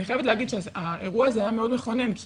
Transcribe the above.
אני חייבת להגיד שהאירוע הזה היה מאוד מכונן כי